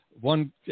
One